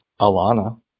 Alana